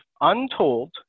untold